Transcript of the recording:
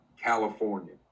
California